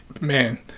Man